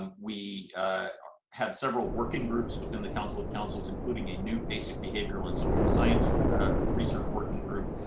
um we have several working groups within the council of councils, including a new basic behavioral and social science research working group,